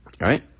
Right